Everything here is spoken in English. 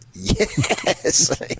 Yes